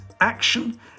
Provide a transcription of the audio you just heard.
action